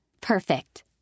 Perfect